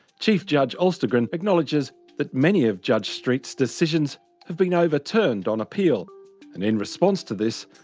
chief judge alstergren acknowledges that many of judge street's decisions have been overturned on appeal and in response to this,